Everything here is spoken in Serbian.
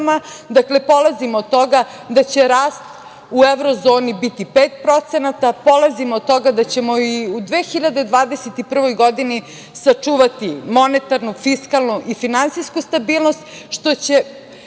Dakle, polazim od toga da će rast u evro zoni biti pet procenata. Polazim od toga da ćemo i u 2021. godini sačuvati monetarnu, fiskalnu i finansijsku stabilnost, što će